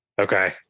okay